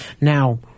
Now